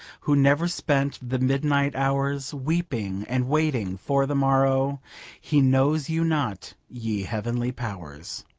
who never spent the midnight hours weeping and waiting for the morrow he knows you not, ye heavenly powers